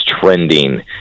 trending